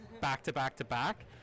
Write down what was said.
back-to-back-to-back